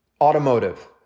automotive